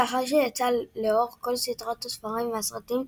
לאחר שיצאה לאור כל סדרת הספרים והסרטים,